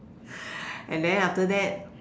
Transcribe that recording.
and then after that